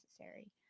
necessary